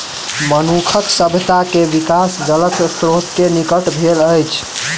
मनुखक सभ्यता के विकास जलक स्त्रोत के निकट भेल अछि